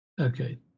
Okay